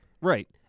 Right